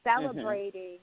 celebrating